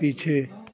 पीछे